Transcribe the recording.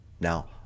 Now